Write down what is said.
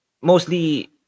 Mostly